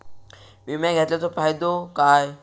विमा घेतल्याचो फाईदो काय?